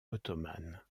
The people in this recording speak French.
ottomane